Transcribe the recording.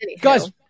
guys